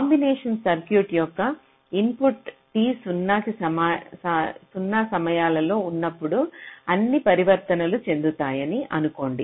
combination circuit యొక్క ఇన్పుట్లు T 0 సమయాలలో ఉన్నప్పుడు అన్ని పరివర్తనలు చెందుతాయని అనుకోండి